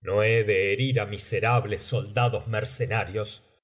no he de herir á miserables soldados mercenarios